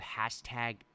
hashtag